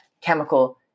chemical